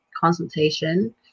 consultation